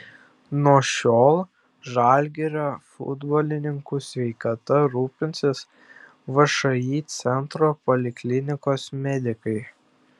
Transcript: nuo šiol žalgirio futbolininkų sveikata rūpinsis všį centro poliklinikos medikai